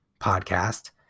podcast